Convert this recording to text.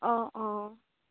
অ' অ'